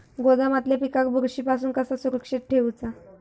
गोदामातल्या पिकाक बुरशी पासून कसा सुरक्षित ठेऊचा?